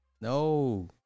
No